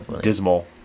dismal